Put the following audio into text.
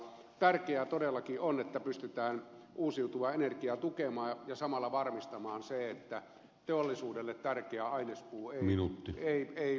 tärkeää todellakin on että pystytään uusiutuvaa energiaa tukemaan ja samalla varmistamaan se että teollisuudelle tärkeä ainespuu ei suuntaudu polttopuuksi